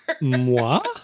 moi